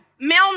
Mel